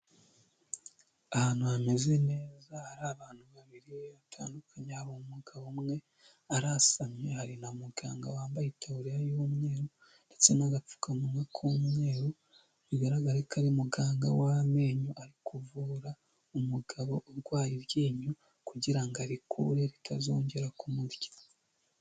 Ahantu hameze neza hari abantu babiri batandukanye ha hari umugabo umwe arasamye, hari na muganga wambaye itaburiya y'umweru ndetse n'agapfukamunwa k'umweru bigaragare ko ari muganga w'amenyo ari kuvura umugabo urwaye iryinyo, kugirango ngo arikure ritazongera kumurya.